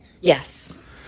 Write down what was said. Yes